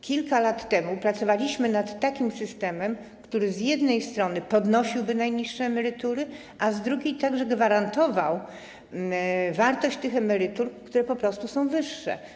Kilka lat temu pracowaliśmy nad takim systemem, który z jednej strony podnosiłby najniższe emerytury, a z drugiej także gwarantował wartość tych emerytur, które po prostu są wyższe.